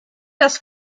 das